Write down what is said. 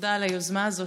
ותודה על היוזמה הזאת,